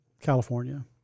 California